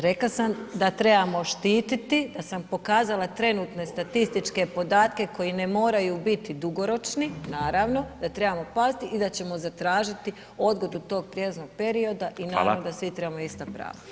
Rekla sam da trebamo štititi, da sam pokazala trenutne statističke podatke koji ne moraju biti dugoročni naravno, da trebamo paziti i da ćemo zatražiti odgodu tog prijelaznog perioda [[Upadica: Hvala]] i naravno da svi trebamo ista prava.